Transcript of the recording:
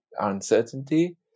uncertainty